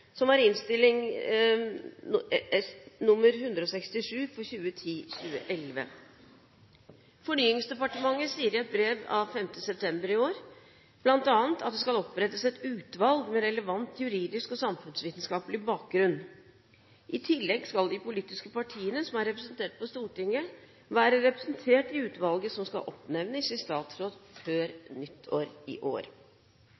som var Innst. 167 S for 2010–2011. Fornyingsdepartementet sier i et brev av 5. september i år bl.a. at det skal opprettes et utvalg med relevant juridisk og samfunnsvitenskapelig bakgrunn. I tillegg skal de politiske partiene som er representert på Stortinget, være representert i utvalget som skal oppnevnes i statsråd før